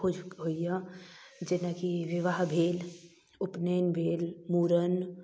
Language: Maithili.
भोज होइए जेनाकि विवाह भेल उपनयन भेल मूड़न